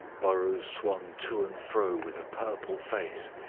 burrows swung to and fro with a purple face.